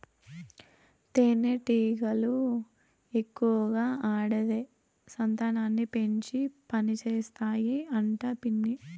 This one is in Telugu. తేనెటీగలు ఎక్కువగా ఆడదే సంతానాన్ని పెంచి పనిచేస్తాయి అంట పిన్ని